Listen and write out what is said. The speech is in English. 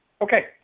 Okay